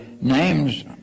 names